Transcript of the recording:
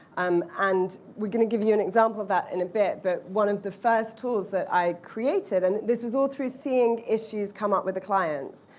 um and we're going to give you an example of that in a bit. but one of the first tools that i created, and this was all through seeing issues come up with the clients.